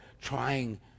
trying